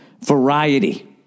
Variety